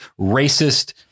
racist